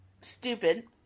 stupid